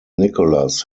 nicholas